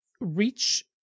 reach